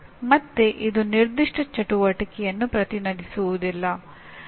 ಮತ್ತೆ ಇದು ನಿರ್ದಿಷ್ಟ ಚಟುವಟಿಕೆಯನ್ನು ಪ್ರತಿನಿಧಿಸುವುದಿಲ್ಲ